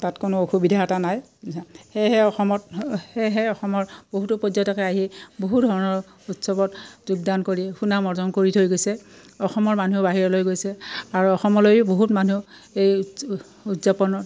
তাত কোনো অসুবিধা এটা নাই সেয়েহে অসমত সেয়েহে অসমৰ বহুতো পৰ্যটকে আহি বহু ধৰণৰ উৎসৱত যোগদান কৰি সুনাম অৰ্জন কৰি থৈ গৈছে অসমৰ মানুহ বাহিৰলৈ গৈছে আৰু অসমলৈও বহুত মানুহ এই উ উদযাপনত